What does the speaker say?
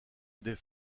des